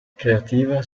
creativa